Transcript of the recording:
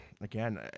again